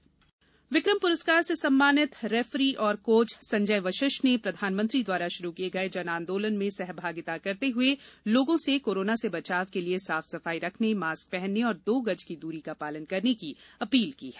जन आंदोलन विकम प्रस्कार से सम्मानित रेफरी और कोच संजय वशिष्ठ ने प्रधानमंत्री द्वारा शुरू किये गए जन आंदोलन में सहभागिता करते हुए लोगों से कोरोना से बचाव के लिए साफ सफाई रखने मास्क पहनने और दो गज की दूरी का पालन करने की अपील की है